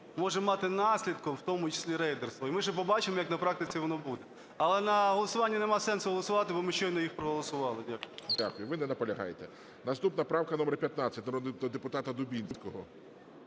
може мати наслідком і в тому числі рейдерство. І ми ще побачимо, як на практиці воно буде. Але на голосування… немає сенсу голосувати, бо ми щойно їх проголосували. Дякую. ГОЛОВУЮЧИЙ. Дякую. Ви не наполягаєте. Наступна правка - номер 15, народного депутата Дубінського.